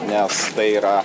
nes tai yra